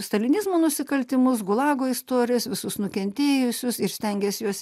stalinizmo nusikaltimus gulago istorijas visus nukentėjusius ir stengėsi juos